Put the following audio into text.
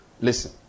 Listen